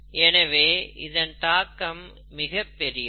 எனவே இதன் தாக்கம் மிகப்பெரியது